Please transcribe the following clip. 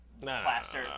plaster